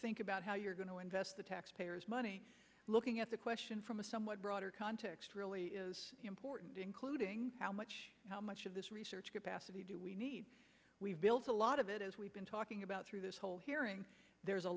think about how you're going to invest the taxpayers money looking at the question from a somewhat broader context really is important including how much how much of this research capacity do we need we've built a lot of it as we've been talking about through this whole hearing there's a